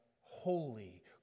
holy